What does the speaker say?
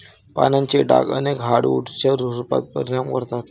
पानांचे डाग अनेक हार्डवुड्सच्या स्वरूपावर परिणाम करतात